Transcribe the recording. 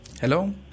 Hello